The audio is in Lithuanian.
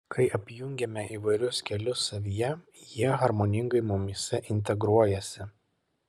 kai apjungiame įvairius kelius savyje jie harmoningai mumyse integruojasi